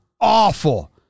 awful